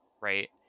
right